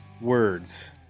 words